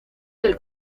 del